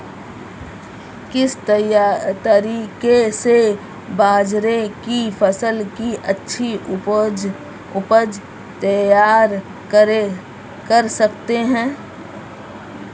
किस तरीके से बाजरे की फसल की अच्छी उपज तैयार कर सकते हैं?